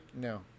No